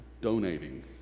donating